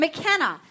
McKenna